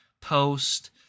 Post